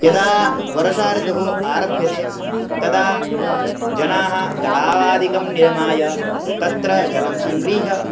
यदा वर्षा ऋतुः आरभ्यते तदा जनाः तडागादिकं निर्माय तत्र जलं सङ्गृह्य